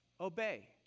obey